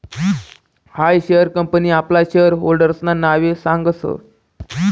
हायी share company आपला share होल्डर्सना नावे सांगस